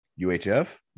UHF